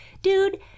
Dude